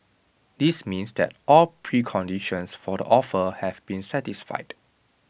this means that all preconditions for the offer have been satisfied